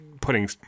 putting –